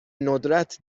ندرت